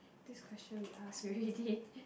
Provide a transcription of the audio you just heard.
this question we ask already